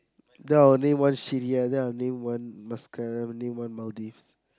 then I only one shift here then I only one mascara only one Maldives